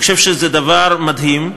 אני חושב שזה דבר מדהים.